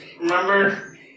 Remember